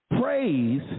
Praise